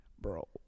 Bro